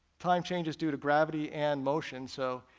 time changes due to gravity and motion, so